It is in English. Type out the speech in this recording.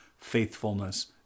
faithfulness